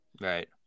Right